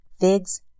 Figs